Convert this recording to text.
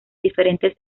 diferente